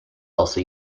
also